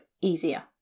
easier